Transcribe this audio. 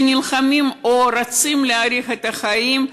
שנלחמים או רוצים להאריך את החיים,